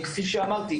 כפי שאמרתי,